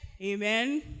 Amen